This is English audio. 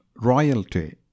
Royalty